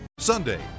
Sunday